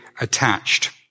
attached